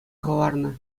хӑварнӑ